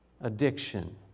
Addiction